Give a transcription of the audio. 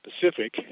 Pacific